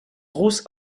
ruß